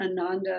Ananda